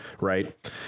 right